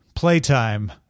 Playtime